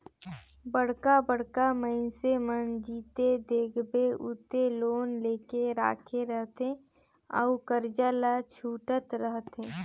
बड़का बड़का मइनसे मन जिते देखबे उते लोन लेके राखे रहथे अउ करजा ल छूटत रहथे